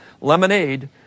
Lemonade